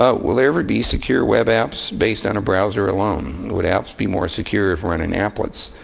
ah will there ever be secure web apps based on a browser alone? would apps be more secure if run in applets?